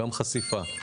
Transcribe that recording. חשיפה,